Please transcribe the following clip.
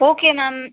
okay ma'am